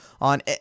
on